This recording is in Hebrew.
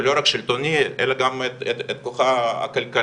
ולא רק השלטוני, אלא גם את כוחה הכלכלי,